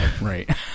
right